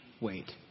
wait